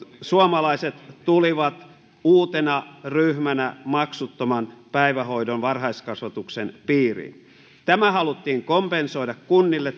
suomalaiset tulivat uutena ryhmänä maksuttoman päivähoidon varhaiskasvatuksen piiriin tämä tulonmenetys haluttiin kompensoida kunnille